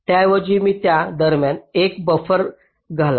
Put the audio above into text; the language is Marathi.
त्याऐवजी मी त्या दरम्यान एक बफर घाला